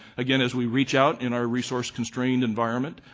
again as we reach out in our resource-constrained environment,